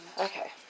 Okay